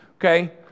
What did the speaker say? okay